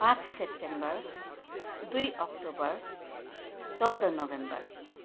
पाँच सेप्टेम्बर दुई अक्टोबर चौध नोभेम्बर